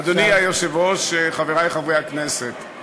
אדוני היושב-ראש, חברי חברי הכנסת,